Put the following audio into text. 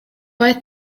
boy